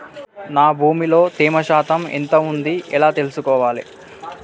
నా భూమి లో తేమ శాతం ఎంత ఉంది ఎలా తెలుసుకోవాలే?